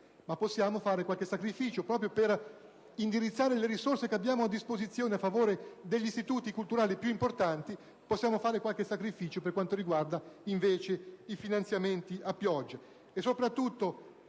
Ma possiamo fare qualche sacrificio proprio per indirizzare le risorse che abbiamo a disposizione a favore degli istituti culturali più importanti, così come possiamo fare qualche sacrificio per quanto riguarda invece i finanziamenti a pioggia.